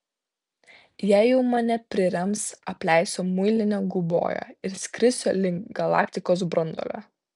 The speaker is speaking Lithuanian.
jei jau mane prirems apleisiu muilinę guboją ir skrisiu link galaktikos branduolio